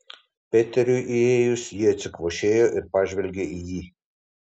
peteriui įėjus ji atsikvošėjo ir pažvelgė į jį